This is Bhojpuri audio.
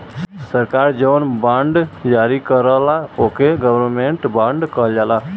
सरकार जौन बॉन्ड जारी करला ओके गवर्नमेंट बॉन्ड कहल जाला